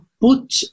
put